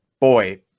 boy